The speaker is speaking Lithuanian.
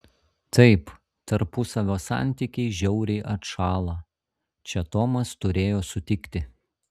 taip tarpusavio santykiai žiauriai atšąla čia tomas turėjo sutikti